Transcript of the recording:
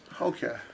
Okay